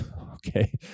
Okay